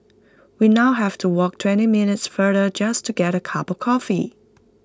we now have to walk twenty minutes farther just to get A cup of coffee